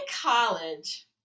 college